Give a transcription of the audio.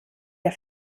der